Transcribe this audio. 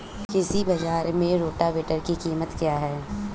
कृषि बाजार में रोटावेटर की कीमत क्या है?